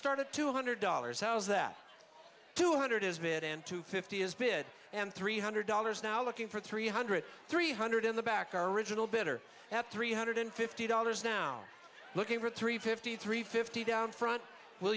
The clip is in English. start at two hundred dollars how's that two hundred is bit and two fifty is bid and three hundred dollars now looking for three hundred three hundred in the back our original bitter at three hundred fifty dollars now looking for three fifty three fifty down front will